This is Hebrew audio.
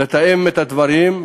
לתאם את הדברים,